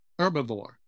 herbivore